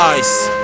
Ice